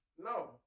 No